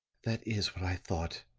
that is what i thought,